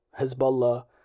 hezbollah